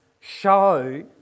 show